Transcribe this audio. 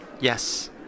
yes